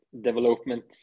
development